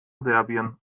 serbien